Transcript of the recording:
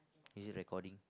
is it recording